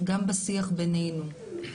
גם בשיח בינינו.